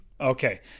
Okay